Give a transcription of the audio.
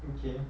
okay